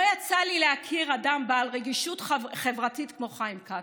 לא יצא לי להכיר אדם בעל רגישות חברתית כמו חיים כץ.